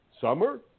summer